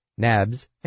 NABS